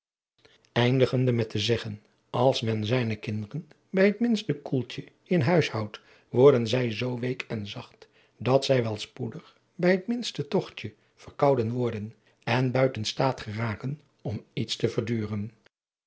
eindigende met te zeggen als men zijne kinderen bij het minste koeltje in huis houdt worden zij zoo week en zacht dat zij wel spoedig bij het minste togtje verkouden worden en buiten staat geraken om iets te verduren